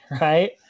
right